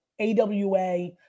AWA